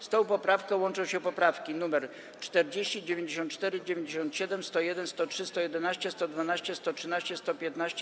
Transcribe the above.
Z tą poprawką łączą się poprawki nr 40, 94, 97, 101, 103, 111, 112, 113, 115.